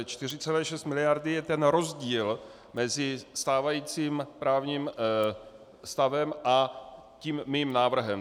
4,6 miliardy je ten rozdíl mezi stávajícím právním stavem a tím mým návrhem.